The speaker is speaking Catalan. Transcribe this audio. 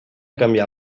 canviar